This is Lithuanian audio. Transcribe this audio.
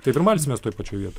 taip ir malsimės toj pačioj vietoj